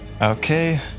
Okay